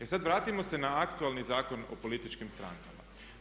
E sad vratimo se na aktualni Zakon o političkim strankama.